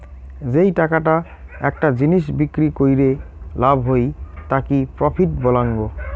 যেই টাকাটা একটা জিনিস বিক্রি কইরে লাভ হই তাকি প্রফিট বলাঙ্গ